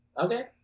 Okay